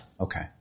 Okay